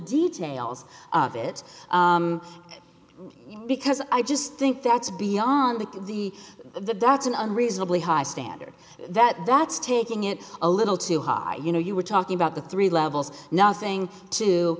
details of it because i just think that's beyond the that's an unreasonably high standard that that's taking it a little too high you know you were talking about the three levels nothing to